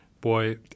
boy